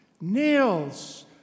nails